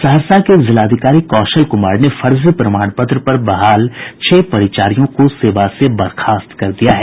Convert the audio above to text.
सहरसा के जिलाधिकारी कौशल कुमार ने फर्जी प्रमाण पत्र पर बहाल छह परिचारियों को सेवा से बर्खास्त कर दिया है